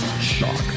shock